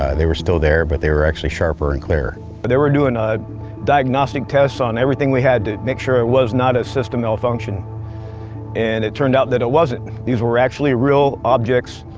ah they were still there, but they were actually sharper and clearer. but they were doing ah diagnostic tests on everything we had to make sure it was not a system malfunction and it turned out that it wasn't, these were actually real objects.